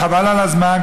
חבל על הזמן,